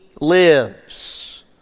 lives